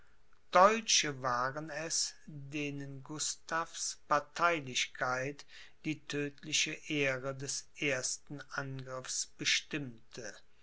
deutsche waren es denen gustavs parteilichkeit die tödtliche ehre des ersten angriffs bestimmte